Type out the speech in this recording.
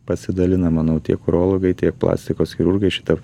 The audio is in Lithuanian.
pasidalina manau tiek urologai tiek plastikos chirurgai šitą